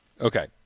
Okay